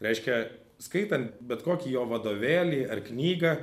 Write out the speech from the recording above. reiškia skaitant bet kokį jo vadovėlį ar knygą